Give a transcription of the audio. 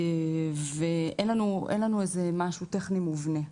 ואין לנו איזה משהו טכני מובנה.